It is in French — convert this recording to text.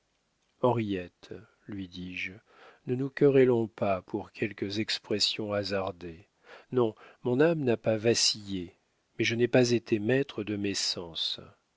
henriette lui dis-je ne nous querellons pas pour quelques expressions hasardées non mon âme n'a pas vacillé mais je n'ai pas été maître de mes sens